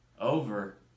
over